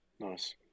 Nice